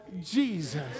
Jesus